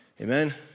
Amen